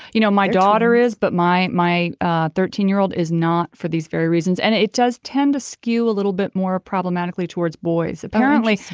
you know my daughter is but my my thirteen year old is not for these very reasons and it does tend to skew a little bit more problematically towards boys apparently.